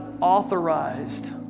authorized